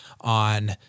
on